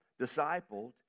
discipled